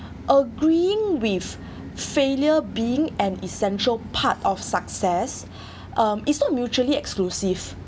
agreeing with failure being an essential part of success um it's not mutually exclusive